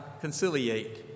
conciliate